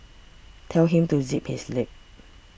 tell him to zip his lip